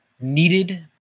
needed